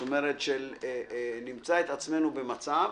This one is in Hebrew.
זאת אומרת, שנמצא את עצמנו במצב